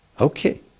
Okay